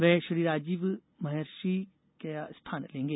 वे श्री राजीव महर्षि का स्थान लेंगे